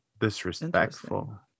disrespectful